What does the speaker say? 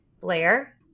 Blair